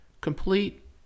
complete